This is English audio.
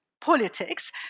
politics